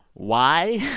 why?